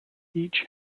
each